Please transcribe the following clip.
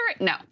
no